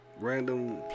Random